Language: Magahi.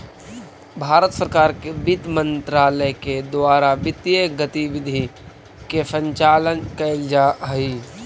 भारत सरकार के वित्त मंत्रालय के द्वारा वित्तीय गतिविधि के संचालन कैल जा हइ